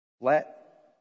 Let